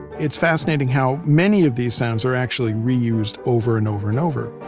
it's fascinating how many of these sounds are actually reused over and over and over